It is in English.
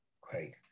Great